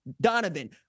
Donovan